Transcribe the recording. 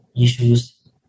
issues